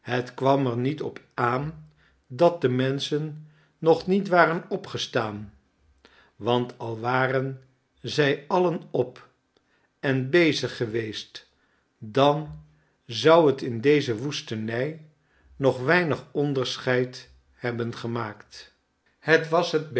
het kwam er niet op aan dat de menschen nog niet waren opgestaan want al waren zij alien op en bezig geweest dan zou het in deze woestenij nog weinig onderscheid hebben gemaakt het was